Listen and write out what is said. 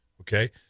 Okay